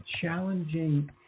challenging